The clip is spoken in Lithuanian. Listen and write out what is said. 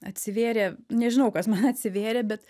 atsivėrė nežinau kas man atsivėrė bet